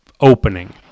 opening